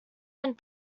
owned